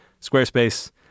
Squarespace